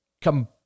come